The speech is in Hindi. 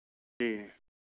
जी